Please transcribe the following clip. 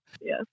Yes